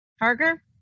Harger